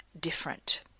different